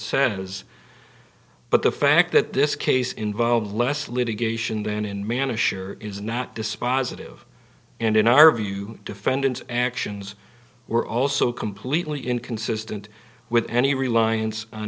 was but the fact that this case involves less litigation than in man assured is not dispositive and in our view defendant's actions were also completely inconsistent with any reliance on